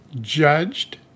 judged